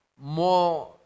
more